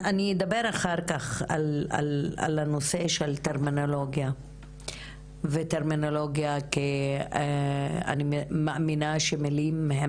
כך על הנושא של טרמינולוגיה וטרמינולוגיה אני מאמינה שמילים הם